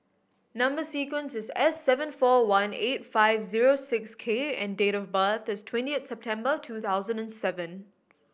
number sequence is S seven four one eight five zero six K and date of birth is twentieth September two thousand and seven